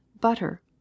butter